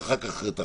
ואחר כך את הח"כים.